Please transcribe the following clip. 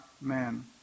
man